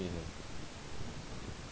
you know